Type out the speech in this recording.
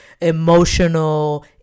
emotional